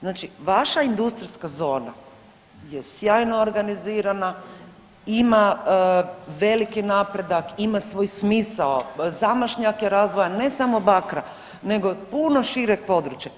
Znači vaša industrijska zona je sjajno organizirana, ima veliki napredak, ima svoj smisao, zamašnjak je razvoja, ne samo Bakra nego puno šireg područja.